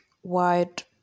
white